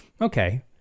Okay